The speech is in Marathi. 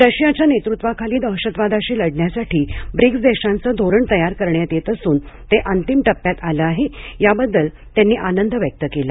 रशियाच्या नेतृत्वाखाली दहशतवादाशी लढण्यासाठी ब्रिक्स देशांचे धोरण तयार करण्यात येत असून ते अंतिम टप्प्यात आले आहे याबद्दल त्यांनी आनंद व्यक्त केला